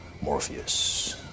Morpheus